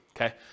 Okay